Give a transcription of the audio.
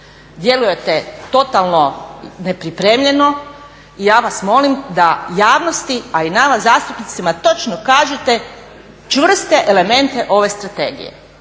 Djelujete totalno nepripremljeno, ja vas molim da javnosti a i nama zastupnicima točno kažete čvrste elemente ove strategije.